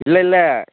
இல்லயில்ல